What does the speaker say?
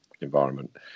environment